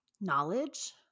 knowledge